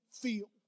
feel